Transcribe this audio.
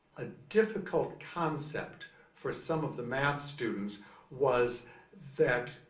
a difficult concept for some of the math students was that